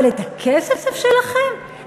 אבל את הכסף שלכם,